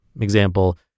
Example